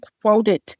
quoted